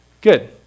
Good